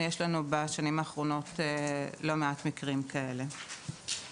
בשנים האחרונות יש לנו לא מעט מקרים כאלה.